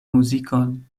muzikon